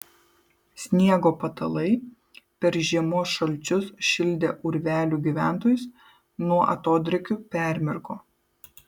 sniego patalai per žiemos šalčius šildę urvelių gyventojus nuo atodrėkių permirko